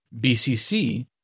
BCC